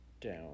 down